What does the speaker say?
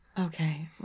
Okay